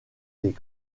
des